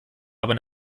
aber